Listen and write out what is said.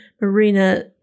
marina